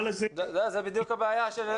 זאת בדיוק הבעיה.